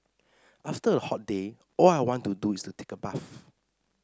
after a hot day all I want to do is take a bath